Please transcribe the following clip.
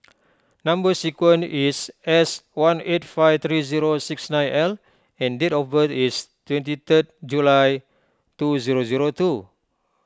Number Sequence is S one eight five three zero six nine L and date of birth is twenty third July two zero zero two